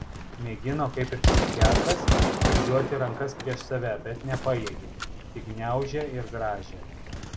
mėgino kaip ir psichiatras sukryžiuoti rankas prieš save bet nepajėgė tik gniaužė ir grąžė